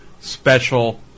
special